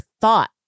thought